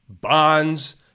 Bonds